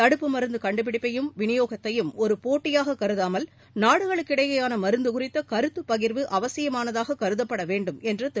தடுப்பு மருந்து கண்டுபிடிப்பையும் விநியோகத்தையும் ஒரு போட்டியாக கருதாமல் நாடுகளுக்கிடையேயான மருந்து குறித்த கருத்துப் பகிர்வு அவசியமானதாக கருதப்பட வேண்டும் என்று திரு